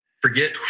Forget